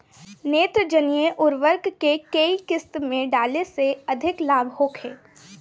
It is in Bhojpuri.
नेत्रजनीय उर्वरक के केय किस्त में डाले से अधिक लाभ होखे?